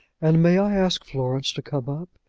and may i ask florence to come up?